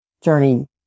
journey